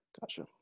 gotcha